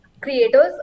creators